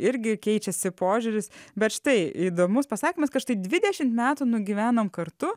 irgi keičiasi požiūris bet štai įdomus pasakymas kad štai dvidešimt metų nugyvenom kartu